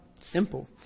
simple